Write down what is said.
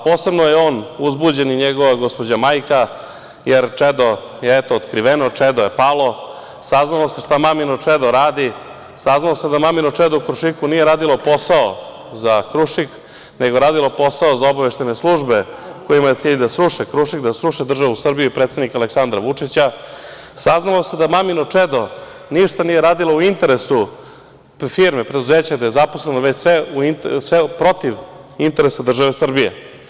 Posebno je on uzbuđen i njegova gospođa majka, jer čedo je otkriveno, čedo je palo, saznalo se šta mamino čedo radi, saznalo se da mamino čedo u „Krušiku“ nije radilo posao za „Krušik“, nego je radilo posao za obaveštajne službe kojima je cilj da sruše „Krušik“, da sruše državu Srbiju i predsednika Aleksandra Vučića, saznalo se da mamino čedo ništa nije radilo u interesu firme, preduzeća gde je zaposleno, već sve protiv interesa države Srbije.